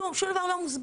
כלום, שום דבר לא מוסבר.